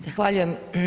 Zahvaljujem.